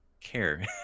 care